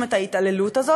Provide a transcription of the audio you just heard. לא מצדיק את ההתעללות הזאת,